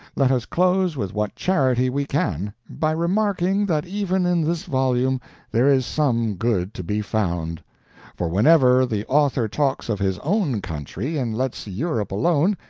let us close with what charity we can, by remarking that even in this volume there is some good to be found for whenever the author talks of his own country and lets europe alone,